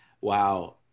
Wow